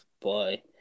boy